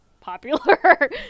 popular